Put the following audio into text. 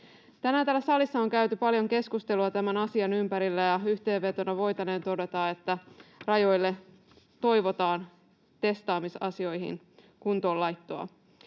Tänään täällä salissa on käyty paljon keskustelua tämän asian ympärillä, ja yhteenvetona voitaneen todeta, että rajoille toivotaan testaamisasioihin kuntoonlaittoa.